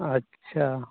ᱟᱪᱪᱷᱟ